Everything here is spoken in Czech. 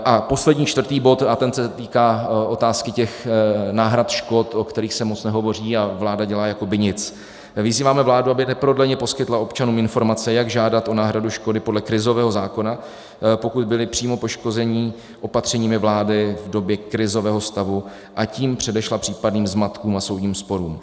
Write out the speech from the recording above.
A poslední, čtvrtý bod se týká otázky náhrad škod, o kterých se moc nehovoří, a vláda dělá, jako by nic: Vyzýváme vládu, aby neprodleně poskytla občanům informace, jak žádat o náhradu škody podle krizového zákona, pokud byli přímo poškozeni opatřeními vlády v době krizového stavu, a tím předešla případným zmatkům a soudním sporům.